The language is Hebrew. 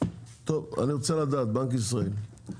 בנק ישראל,